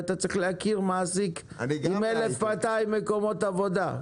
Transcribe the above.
צריך להכיר מעסיק עם 1,200 מקומות עבודה.